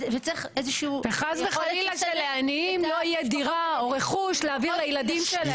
וחס וחלילה שלעניים לא תהיה דירה או רכוש להעביר לילדים שלהם.